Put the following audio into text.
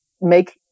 make